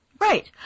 Right